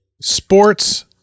sports